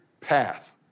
path